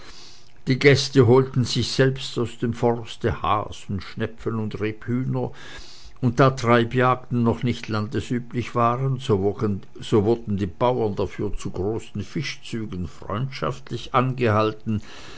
die gäste holten sich selbst aus dem forste hasen schnepfen und rebhühner und da treibjagden doch nicht landesüblich waren so wurden die bauern dafür zu großen fischzügen freundschaftlich angehalten